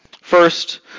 First